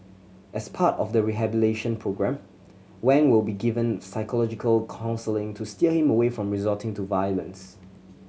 as part of the rehabilitation programme Wang will be given psychological counselling to steer him away from resorting to violence